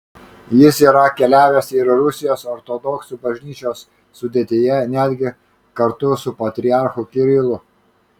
jis yra keliavęs ir rusijos ortodoksų bažnyčios sudėtyje netgi kartu su patriarchu kirilu